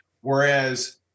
Whereas